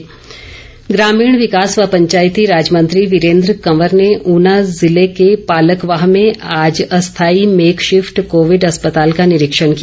वीरेन्द्र कंवर ग्रामीण विकास व पंचायती राज मंत्री वीरेन्द्र कंवर ने ऊना ज़िले के पालकवाह में आज अस्थायी मेक शिफ्ट कोविड अस्पताल का निरीक्षण किया